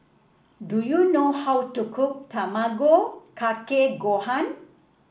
do you know how to cook Tamago Kake Gohan